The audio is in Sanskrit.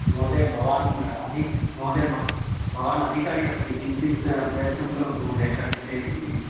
महोदय भवान् अधिकारी महोदय भ भवान् अधिकारी अस्ति किञ्चित् प्रयत्नं करोतु महोदय शक्यते इति